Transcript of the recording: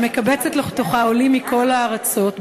שמקבצת לתוכה עולים מכל הארצות,